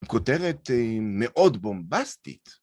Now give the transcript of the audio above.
כותרת מאוד בומבסטית.